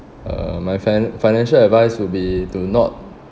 uh my fi~ financial advice would be to not